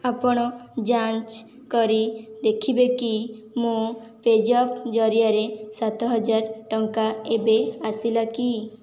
ଆପଣ ଯାଞ୍ଚ କରି ଦେଖିବେକି ମୋ ପେଜାପ୍ ଜରିଆରେ ସାତ ହଜାର ଟଙ୍କା ଏବେ ଆସିଲା କି